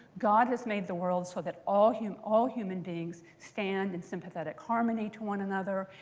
god has made the world so that all human all human beings stand in sympathetic harmony to one another.